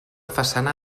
façana